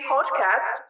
Podcast